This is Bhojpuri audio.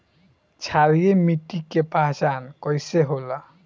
क्षारीय मिट्टी के पहचान कईसे होला?